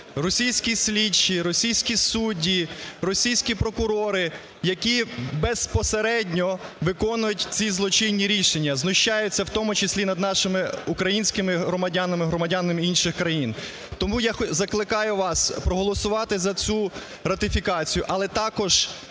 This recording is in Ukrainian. російські слідчі, російські судді, російські прокурори, які безпосередньо виконують ці злочинні рішення, знущаються в тому числі над нашими українськими громадянами, громадянами інших країн. Тому я закликаю вас проголосувати за цю ратифікацію, але також